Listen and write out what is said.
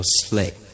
slick